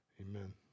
Amen